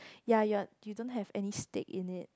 ya you're you don't have any stake in it